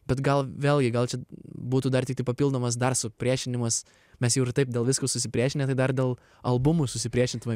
bet gal vėlgi gal būtų dar tiktai papildomas dar supriešinimas mes jau ir taip dėl visko susipriešinę tai dar dėl albumų susipriešint va